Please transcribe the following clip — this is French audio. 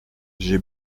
j’ai